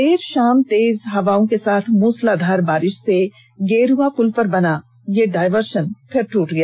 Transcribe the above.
देर शाम तेज हवाओं के साथ हुई मूसलाधार बारिश से गेरुआ पुल पर बना डायवर्सन फिर टूट गया